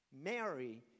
Mary